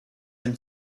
him